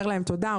אומר להם תודה,